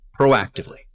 proactively